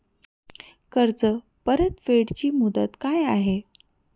कर्ज परतफेड ची मुदत काय आहे?